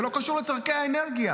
זה לא קשור לצורכי האנרגיה,